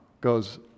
goes